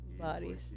bodies